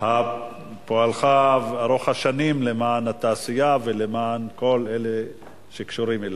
על פועלך ארוך השנים למען התעשייה ולמען כל אלה שקשורים אליה.